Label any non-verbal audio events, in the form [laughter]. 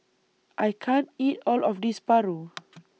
I can't eat All of This Paru [noise]